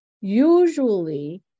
usually